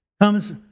comes